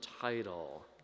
title